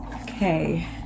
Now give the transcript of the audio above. Okay